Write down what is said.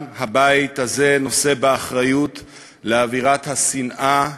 גם הבית הזה נושא באחריות לאווירת השנאה,